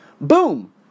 boom